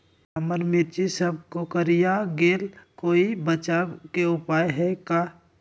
हमर मिर्ची सब कोकररिया गेल कोई बचाव के उपाय है का?